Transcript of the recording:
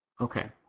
Okay